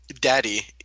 daddy